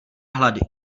hlady